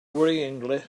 worryingly